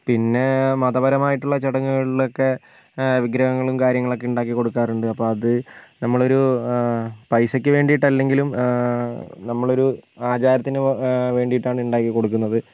പിന്നെ മതപരമായിട്ടുള്ള ചടങ്ങുകളിലൊക്കെ വിഗ്രഹങ്ങളും കാര്യങ്ങളൊക്കെ ഉണ്ടാക്കി കൊടുക്കാറുണ്ട് അപ്പോൾ അത് നമ്മളൊരു പൈസയ്ക്ക് വേണ്ടിയിട്ടല്ലെങ്കിലും നമ്മൾ ഒരു ആചാരത്തിന് വേണ്ടിയിട്ടാണ് ഉണ്ടാക്കി കൊടുക്കുന്നത്